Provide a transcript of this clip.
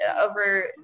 over